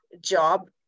job